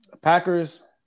Packers